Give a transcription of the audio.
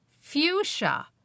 Fuchsia